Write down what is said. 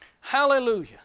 Hallelujah